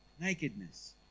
Nakedness